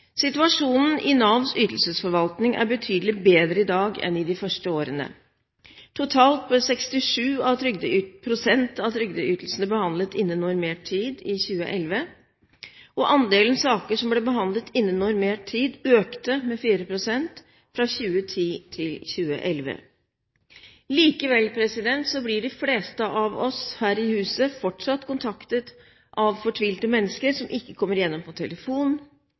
Situasjonen i Navs ytelsesforvaltning er betydelig bedre i dag enn i de første årene. Totalt ble 67 pst. av trygdeytelsene behandlet innen normert tid i 2011, og andelen saker som ble behandlet innen normert tid, økte med 4 pst. fra 2010 til 2011. Likevel blir de fleste av oss her i huset fortsatt kontaktet av fortvilte mennesker som ikke kommer igjennom på telefon,